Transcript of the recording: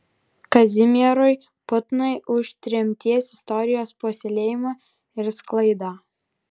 kazimierui putnai už tremties istorijos puoselėjimą ir sklaidą